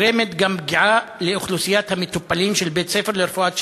נגרמת פגיעה באוכלוסיית המטופלים של בית-הספר לרפואת שיניים.